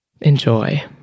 Enjoy